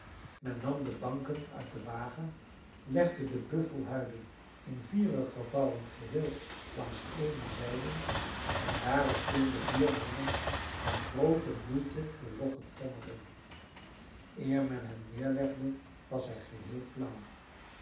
men nam de banken uit den wagen legde de buffelhuiden in vieren gevouwen geheel langs eene zijde en daarop tilden vier mannen met groote moeite den loggen tom er in eer men hem neerlegde was hij geheel flauw